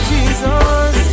Jesus